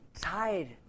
tied